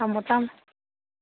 ꯊꯝꯃꯣ ꯊꯝꯃꯣ